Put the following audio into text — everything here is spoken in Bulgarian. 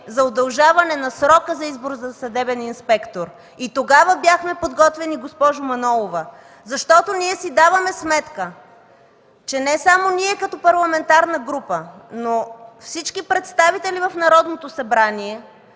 за удължаване на срока за избор на съдебен инспектор. И тогава бяхме подготвени, госпожо Манолова, защото ние си даваме сметка, че не само ние като парламентарна група, но всички представители в Народното събрание